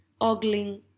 ogling